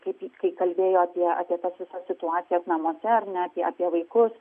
kaip ji kai kalbėjo apie apie tas visas situacijas namuose ar netgi apie vaikus